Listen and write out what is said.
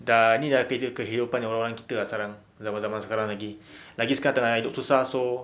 dah ni dah kehidupan orang-orang kita ah sekarang zaman-zaman sekarang lagi-lagi sekarang tengah hidup susah so